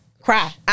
cry